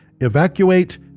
Evacuate